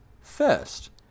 First